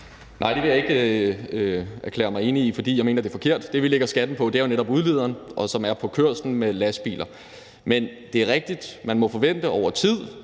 Nej, det vil jeg ikke erklære mig enig i. For jeg mener, det er forkert. Det, vi lægger skatten på, er jo netop udlederen og kørslen med lastbiler. Men det er rigtigt: Man må forvente, at